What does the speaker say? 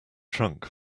trunk